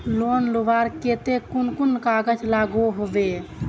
Loan लुबार केते कुन कुन कागज लागोहो होबे?